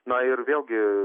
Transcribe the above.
na ir vėlgi